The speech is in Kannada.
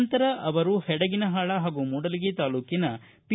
ನಂತರ ಅವರು ಹೆಡಗಿನಹಾಳ ಹಾಗೂ ಮೂಡಲಗಿ ತಾಲ್ಲೂಕಿನ ಪಿ